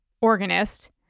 organist